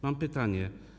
Mam pytanie.